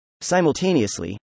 Simultaneously